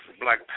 Black